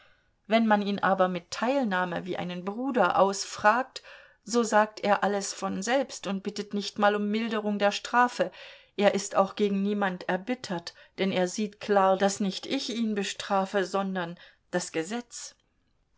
wenn man ihn aber mit teilnahme wie einen bruder ausfragt so sagt er alles von selbst und bittet nicht mal um milderung der strafe er ist auch gegen niemand erbittert denn er sieht klar daß nicht ich ihn bestrafe sondern das gesetz